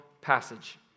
passage